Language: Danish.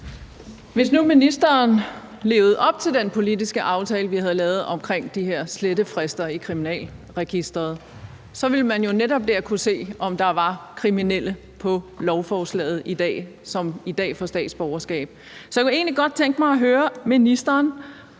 Hvis nu ministeren levede op til den politiske aftale, vi havde lavet om de her slettefrister i Kriminalregisteret, ville man jo netop der kunne se, om der var kriminelle på lovforslaget, som i dag får statsborgerskab. Så jeg kunne godt tænke mig at høre ministeren: